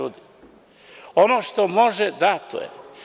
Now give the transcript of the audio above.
Ono što može, dato je.